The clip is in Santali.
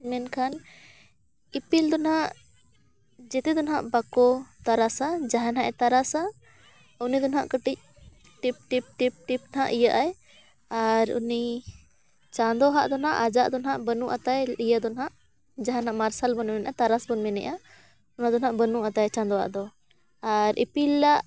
ᱢᱮᱱᱠᱷᱟᱱ ᱤᱯᱤᱞ ᱫᱚ ᱱᱟᱦᱟᱜ ᱡᱚᱛᱚ ᱫᱚ ᱱᱟᱦᱟᱜ ᱵᱟᱠᱚ ᱛᱟᱨᱟᱥᱟ ᱡᱟᱦᱟᱸ ᱴᱟᱜ ᱮ ᱛᱟᱨᱟᱥᱟ ᱩᱱᱤ ᱫᱚ ᱱᱟᱦᱟᱜ ᱠᱟᱹᱴᱤᱡ ᱴᱤᱯ ᱴᱤᱯ ᱴᱤᱯ ᱴᱤᱯ ᱱᱟᱦᱟᱜ ᱤᱭᱟᱹᱜ ᱟᱭ ᱟᱨ ᱩᱱᱤ ᱪᱟᱸᱫᱳ ᱦᱟᱜ ᱫᱚ ᱱᱟᱦᱟᱜ ᱟᱭᱟᱜ ᱫᱚ ᱱᱟᱦᱟᱜ ᱵᱟᱹᱱᱩᱜᱼᱟ ᱛᱟᱭ ᱤᱭᱟᱹ ᱫᱚ ᱱᱟᱦᱟᱜ ᱡᱟᱦᱟᱱᱟᱜ ᱢᱟᱨᱥᱟᱞ ᱵᱚᱱ ᱢᱮᱱᱮᱫᱟ ᱛᱟᱨᱟᱥ ᱵᱚᱱ ᱢᱮᱱᱮᱫᱼᱟ ᱚᱱᱟ ᱫᱚ ᱱᱟᱦᱟᱜ ᱵᱟᱹᱱᱩᱜᱼᱟ ᱛᱟᱭ ᱪᱟᱸᱫᱳ ᱟᱜ ᱫᱚ ᱟᱨ ᱤᱯᱤᱞᱟᱜ